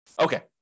Okay